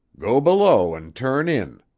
go below and turn in,